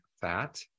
fat